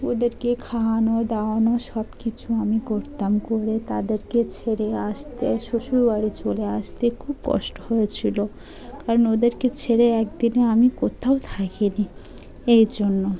ওদেরকে খাওয়ানো দাওয়ানো সব কিছু আমি করতাম করে তাদেরকে ছেড়ে আসতে শ্বশুরবাড়ি চলে আসতে খুব কষ্ট হয়েছিলো কারণ ওদেরকে ছেড়ে এতদিনে আমি কোথাও থাকিনি এই জন্য